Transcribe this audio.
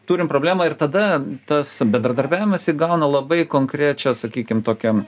turim problemą ir tada tas bendradarbiavimas įgauna labai konkrečią sakykim tokią